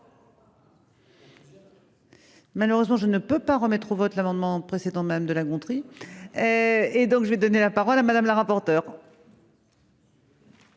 Malheureusement je ne peux pas remettre au vote l'amendement précédent madame de La Gontrie. Et donc je vais donner la parole à Madame la rapporteure.